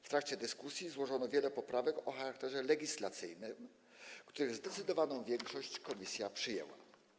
W trakcie dyskusji złożono wiele poprawek o charakterze legislacyjnym, których zdecydowaną większość komisja przyjęła.